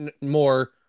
more